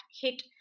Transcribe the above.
hit